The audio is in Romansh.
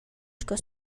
sco